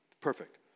Perfect